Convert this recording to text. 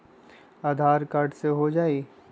आधार card से हो जाइ?